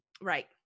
Right